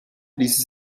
ließe